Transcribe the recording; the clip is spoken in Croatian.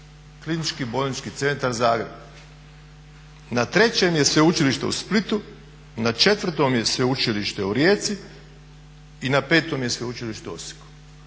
je moja bolnica KBC Zagreb, na trećem je Sveučilište u Splitu, na četvrtom je Sveučilište u Rijeci i na petom je Sveučilište u Osijeku.